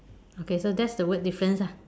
okay so that's the word difference ah